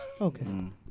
Okay